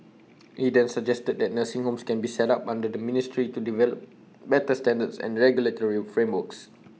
he then suggested that nursing homes can be set up under the ministry to develop better standards and regulatory frameworks